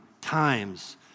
times